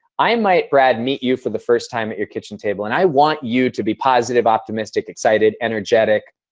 i might, brad, meet you for the first time at your kitchen table. and i want you to be positive, optimistic, excited, energetic,